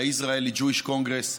ה-Israeli Jewish Congress,